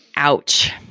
Ouch